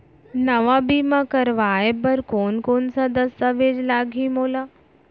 नवा बीमा करवाय बर कोन कोन स दस्तावेज लागही मोला?